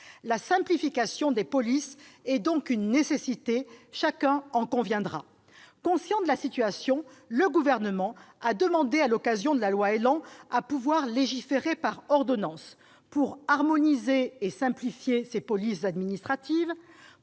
Leur simplification est une nécessité, chacun en conviendra. Conscient de la situation, le Gouvernement a demandé, à l'occasion de la loi ÉLAN, à pouvoir légiférer par ordonnance pour harmoniser et simplifier ces polices administratives,